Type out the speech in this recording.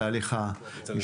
את ההליך המשפטי.